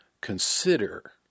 consider